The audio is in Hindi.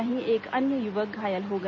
वहीं एक अन्य युवक घायल हो गया